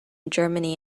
germany